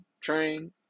train